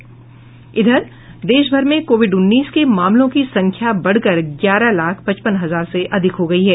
देश भर में कोविड उन्नीस के मामलों की संख्या बढ़कर ग्यारह लाख पचपन हजार से अधिक हो गयी है